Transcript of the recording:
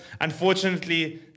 Unfortunately